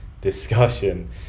discussion